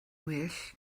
well